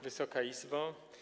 Wysoka Izbo!